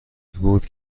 بود